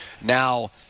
Now